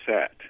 set